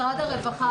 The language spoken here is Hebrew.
משרד הרווחה,